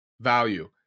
value